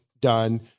done